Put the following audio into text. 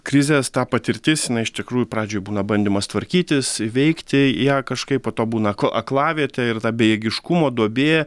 krizės ta patirtis jinai iš tikrųjų pradžioj būna bandymas tvarkytis įveikti ją kažkaip po to būna ko aklavietė ir ta bejėgiškumo duobė